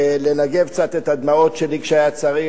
לנגב קצת את הדמעות שלי כשהיה צריך,